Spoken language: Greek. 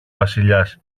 βασιλιάς